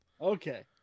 Okay